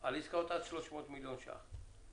על עסקאות עד 300 מיליון שח.